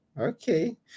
okay